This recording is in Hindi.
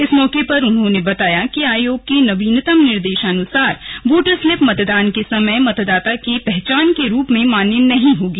इस मौके पर उन्होंने बताया कि आयोग के नवीनतम निर्देशानुसार वोटर स्लिप मतदान के समय मतदाता के पहचान के रूप में मान्य नहीं होगी